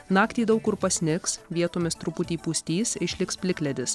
naktį daug kur pasnigs vietomis truputį pustys išliks plikledis